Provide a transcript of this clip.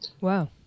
wow